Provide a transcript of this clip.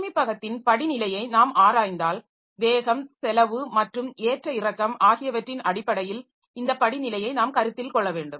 சேமிப்பகத்தின் படிநிலையை நாம் ஆராய்ந்தால் வேகம் செலவு மற்றும் ஏற்ற இறக்கம் ஆகியவற்றின் அடிப்படையில் இந்த படிநிலையை நாம் கருத்தில் கொள்ள வேண்டும்